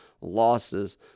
losses